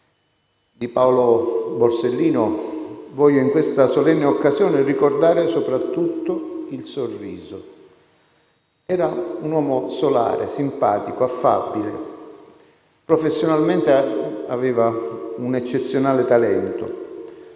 Di Paolo Borsellino voglio in questa solenne occasione ricordare soprattutto il sorriso. Era un uomo solare, simpatico, affabile; professionalmente aveva un eccezionale talento,